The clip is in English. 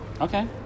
Okay